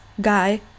guy